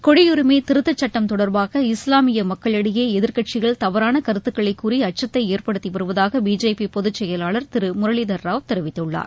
குடியுரிமை திருத்தச் சட்டம் தொடர்பாக இஸ்லாமிய மக்களிடையே எதிர்க்கட்சிகள் தவறான கருத்துக்களைக் கூறி அச்சத்தை ஏற்படுத்தி வருவதாக பிஜேபி பொதுச் செயலாளர் திரு முரளிதர் ராவ் தெரிவித்துள்ளார்